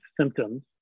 symptoms